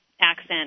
accent